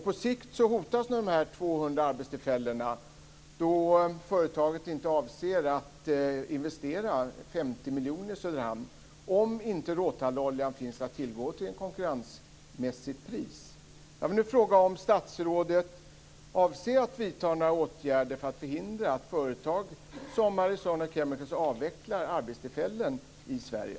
På sikt hotas dessa 200 arbetstillfällen eftersom företaget inte avser att investera 50 miljoner kronor i Söderhamn om råtalloljan inte finns att tillgå till konkurrensmässigt pris. Avser statsrådet att vidta åtgärder för att förhindra att ett företag som Arizona Chemical avvecklar arbetstillfällen i Sverige?